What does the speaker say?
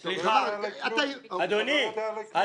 אתה לא יודע עליי כלום.